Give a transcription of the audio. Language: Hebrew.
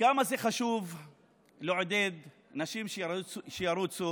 כמה זה חשוב לעודד נשים שירוצו,